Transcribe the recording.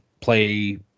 Play